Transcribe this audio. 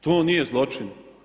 To nije zločin.